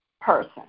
person